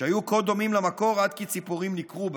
שהיו כה דומים למקור עד כי ציפורים ניקרו בהם.